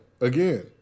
again